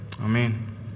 Amen